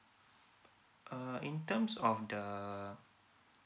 uh in terms of the